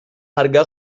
harga